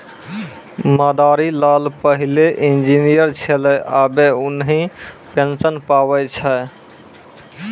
मदारी लाल पहिलै इंजीनियर छेलै आबे उन्हीं पेंशन पावै छै